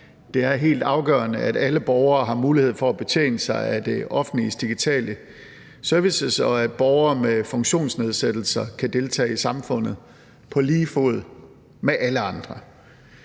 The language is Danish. Det er helt afgørende, at alle borgere har mulighed for at betjene sig af det offentliges digitale services, og at borgere med funktionsnedsættelser kan deltage i samfundet på lige fod med andre.